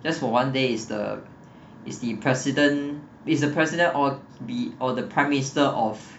just for one day is the is the president is the president or be or the prime minister of